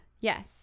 Yes